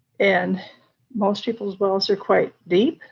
and most people's wells are quite deep,